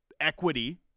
equity